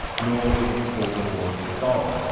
nor is it for the board to solve.